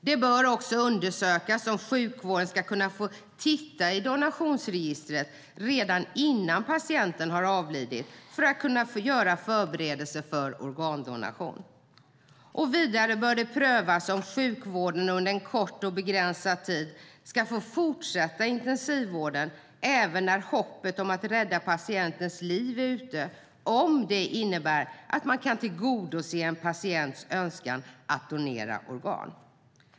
Det bör också undersökas om sjukvården ska kunna få titta i donationsregistret redan innan patienten har avlidit för att kunna göra förberedelser för organdonation. Det bör vidare prövas om sjukvården under en kort och begränsad tid ska få fortsätta intensivvården även när hoppet om att rädda patientens liv är ute om det innebär att man kan tillgodose en patients önskan att donera organ.